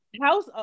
house